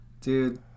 Dude